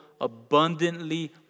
abundantly